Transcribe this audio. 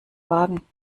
wagen